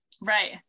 Right